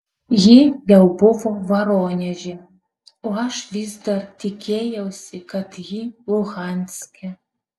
ji jau buvo voroneže o aš vis dar tikėjausi kad ji luhanske